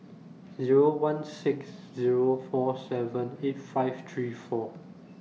Zero one six Zero four seven eight five three four